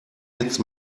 jetzt